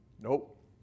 Nope